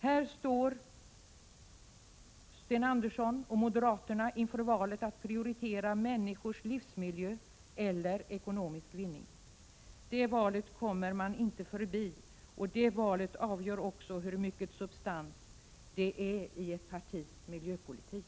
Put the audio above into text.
Här står Sten Andersson och moderaterna inför valet att prioritera människors livsmiljö eller ekonomisk vinning. Det valet kommer man inte förbi, och det valet avgör hur mycket substans det är i ett partis miljöpolitik.